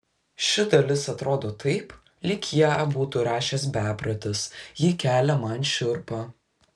ši dalis atrodo taip lyg ją būtų rašęs beprotis ji kelia man šiurpą